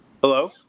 Hello